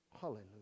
Hallelujah